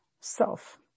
self